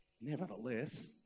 Nevertheless